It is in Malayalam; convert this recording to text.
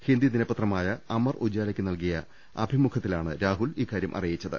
ഹിന്ദി ദിനപത്രമായ അമർ ഉജാലയ്ക്ക് നൽകിയ അഭിമുഖ ത്തിലാണ് രാഹുൽ ഇക്കാര്യം അറിയിച്ചത്